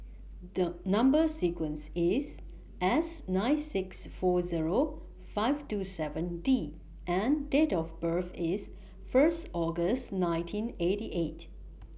The Number sequence IS S nine six four Zero five two seven D and Date of birth IS First August nineteen eighty eight